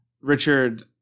Richard